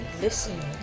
Listen